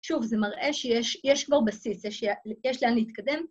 שוב, זה מראה שיש, יש כבר בסיס שיש לאן להתקדם.